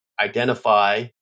identify